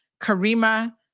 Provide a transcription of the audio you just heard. Karima